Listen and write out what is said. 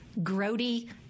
grody